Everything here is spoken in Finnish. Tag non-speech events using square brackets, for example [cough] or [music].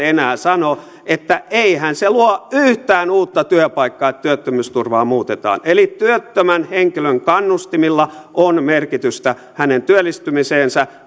[unintelligible] enää sanoa että eihän se luo yhtään uutta työpaikkaa kun työttömyysturvaa muutetaan eli työttömän henkilön kannustimilla on merkitystä hänen työllistymiseensä [unintelligible]